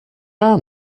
are